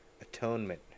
Atonement